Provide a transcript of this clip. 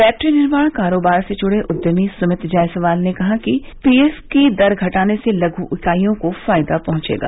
battery निर्माण कारोबार से जुड़े उद्यमी सुमित जायसवाल ने कहा कि पीएफ की दर घटाने से लघ् इकाइयों को फायदा पहुंचेगा